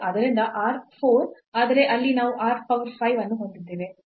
ಆದ್ದರಿಂದ r 4 ಆದರೆ ಅಲ್ಲಿ ನಾವು r power 5 ಅನ್ನು ಹೊಂದಿದ್ದೇವೆ